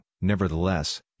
nevertheless